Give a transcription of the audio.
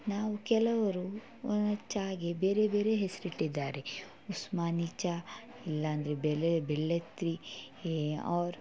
ನಾವು ಕೆಲವರು ಚಹಕ್ಕೆ ಬೇರೆ ಬೇರೆ ಹೆಸರಿಟ್ಟಿದ್ದಾರೆ ಉಸ್ಮಾನಿ ಚಹ ಇಲ್ಲಾಂದ್ರೆ ಬೆಲೆ ಬೆಲ್ಲೆತ್ರಿ ಔರ್